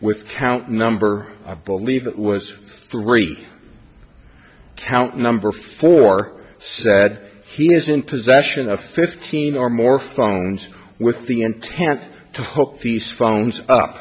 with count number i believe it was three count number four said he is in possession of fifteen or more phones with the intent to hope peace phones up